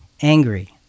Angry